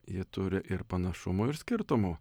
ji turi ir panašumų ir skirtumų